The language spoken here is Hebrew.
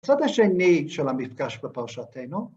הצד השני של המפגש בפרשתנו,